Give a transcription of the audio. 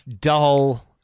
dull